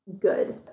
good